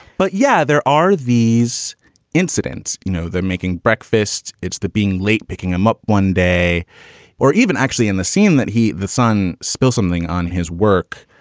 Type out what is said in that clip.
but yeah, there are these incidents. you know, they're making breakfast. it's the being late picking them up one day or even actually in the scene that he the sun spill something on his work.